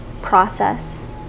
process